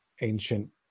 ancient